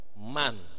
man